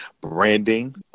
branding